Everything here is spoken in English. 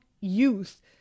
youth